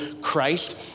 Christ